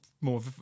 more